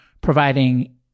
providing